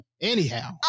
Anyhow